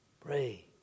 pray